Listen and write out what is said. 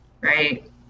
Right